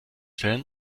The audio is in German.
stellen